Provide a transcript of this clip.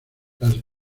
las